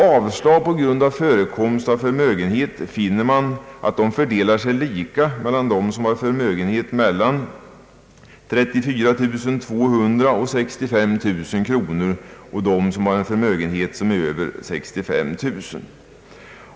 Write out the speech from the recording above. Avslagen på grund av förekomst av förmösgenhet finner man fördelar sig lika mellan dem som har förmögenhet mellan 34 200 och 65 000 kronor och dem som har förmögenhet över 65 000 kronor.